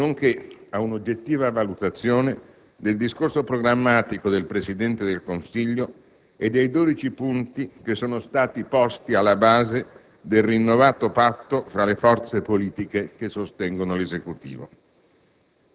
nonché a un'oggettiva valutazione del discorso programmatico del Presidente del Consiglio e dei dodici punti che sono stati posti alla base del rinnovato patto fra le forze politiche che sostengono l'Esecutivo.